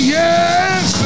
yes